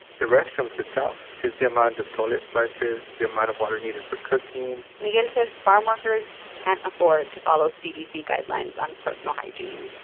the restrooms itself just the amount of toilet flushes, the amount of water needed for cooking. miguel says farmworkers can't afford to follow cdc guidelines on personal hygiene.